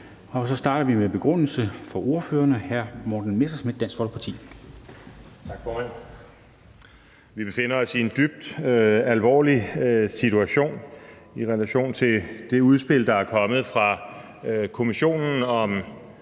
Folkeparti. Kl. 13:00 Begrundelse (Ordfører for forespørgerne) Morten Messerschmidt (DF): Tak, formand. Vi befinder os i en dybt alvorlig situation i relation til det udspil, der er kommet fra Kommissionen, om